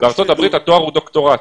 בארצות הברית התואר הוא דוקטורט.